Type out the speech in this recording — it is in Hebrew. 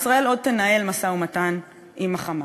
וישראל עוד תנהל משא-ומתן עם ה"חמאס".